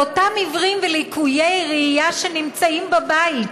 לאותם עיוורים ולקויי ראייה שנמצאים בבית,